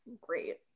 great